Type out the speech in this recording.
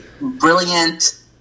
brilliant